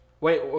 Wait